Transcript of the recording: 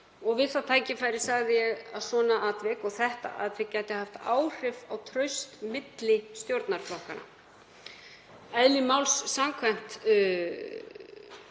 og við það tækifæri sagði ég að svona atvik, þetta atvik, gæti haft áhrif á traust milli stjórnarflokkanna. Eðli máls samkvæmt